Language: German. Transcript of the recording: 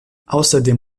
außerdem